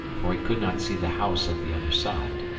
for he could not see the house at the other side.